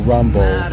Rumble